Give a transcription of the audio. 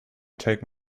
take